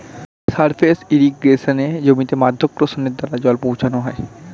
surface ইর্রিগেশনে জমিতে মাধ্যাকর্ষণের দ্বারা জল পৌঁছানো হয়